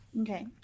Okay